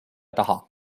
taha